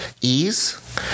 ease